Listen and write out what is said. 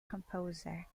composer